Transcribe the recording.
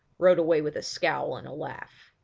rode away with a scowl and a laugh.